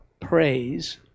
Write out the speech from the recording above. praise